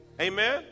Amen